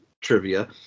trivia